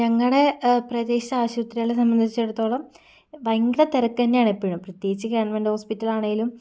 ഞങ്ങളുടെ പ്രദേശ ആശുപത്രികളെ സംബന്ധിച്ചെടുത്തോളം ഭയങ്കര തിരക്ക് തന്നെയാണ് എപ്പഴും പ്രത്യേകിച്ച് ഗവൺമെൻറ്റ് ഹോസ്പ്പിറ്റലാണേലും